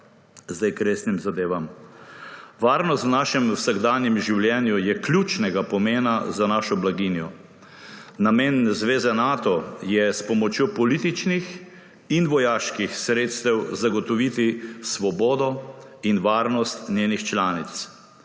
zdaj k resnim zadevam. Varnost v našem vsakdanjem življenju je ključnega pomena za našo blaginjo. Namen zveze Nato je s pomočjo političnih in vojaških sredstev zagotoviti svobodo in varnost njenih članic.